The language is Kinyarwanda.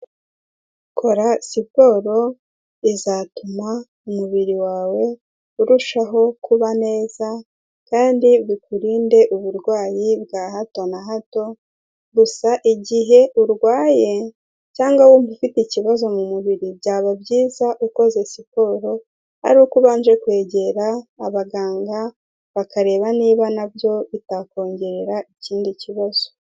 Kora siporo izatuma umubiri wawe urushaho kuba neza kandi bikurinde uburwayi bwa hato na hato, gusa igihe urwaye cyangwa wumva ufite ikibazo mu mubiri byaba byiza ukoze siporo ari uko ubanje kwegera abaganga bakareba niba na byo bitakongerera ikindi kibazo.